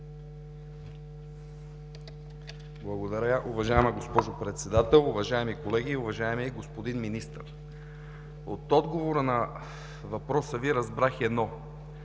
Благодаря, уважаема госпожо Председател. Уважаеми колеги, уважаеми господин Министър! От отговора на въпроса Ви разбрах едно: